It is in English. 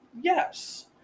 yes